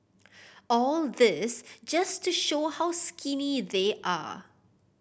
all this just to show how skinny they are